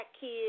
kid